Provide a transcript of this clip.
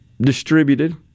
distributed